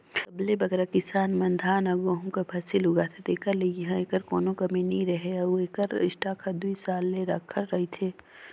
सबले बगरा किसान मन धान अउ गहूँ कर फसिल उगाथें तेकर ले इहां एकर कोनो कमी नी रहें अउ एकर स्टॉक हर दुई साल ले रखाल रहथे